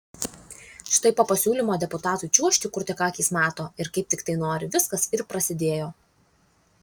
štai po pasiūlymo deputatui čiuožti kur tik akys mato ir kaip tik tai nori viskas ir prasidėjo